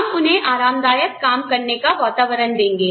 हम उन्हें आरामदायक काम करने का वातावरण देंगे